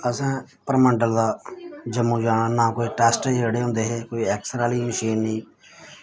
असें परमंडल दा जम्मू जाना ना कोई टैस्ट जेह्ड़े होंदे हे कोई ऐक्सरे आह्ली मशीन निं